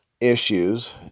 issues